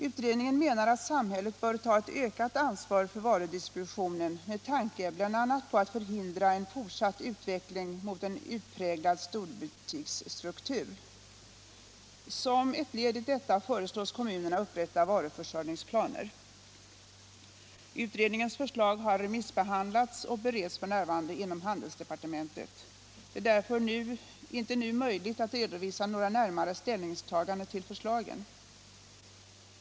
Utredningen menar att samhället bör ta ett ökat ansvar för varudistributionen med sikte bl.a. på att förhindra en fortsatt utveckling mot en utpräglad storbutiksstruktur. Som ett led i detta föreslås kommunerna upprätta varuförsörjningsplaner. Utredningens förslag har remissbehandlats och bereds f. n. inom handelsdepartementet. Det är därför inte nu möjligt att redovisa några närmare ställningstaganden till förslagen.